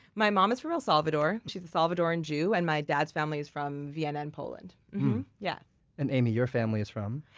my mom is from el salvador she's a salvadoran jew. and my dad's family is from vienna and poland yeah and amy, your family is from?